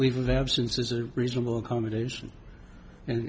leave of absence is a reasonable accommodation and